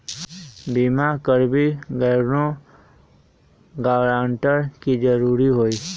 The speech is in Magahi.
बिमा करबी कैउनो गारंटर की जरूरत होई?